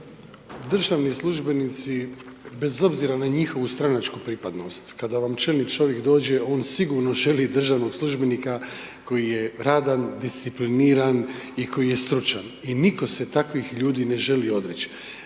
državni službenici, bez obzira na njihovu stranačku pripadnost, kada vam čelni čovjek dođe, on sigurno želi državnog službenika koji je radan, discipliniran i koji je stručan i nitko se takvih ljudi ne želi odreći.